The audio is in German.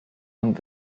und